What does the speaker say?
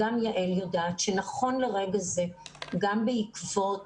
שנכון לרגע זה גם בעקבות,